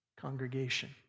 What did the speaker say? congregation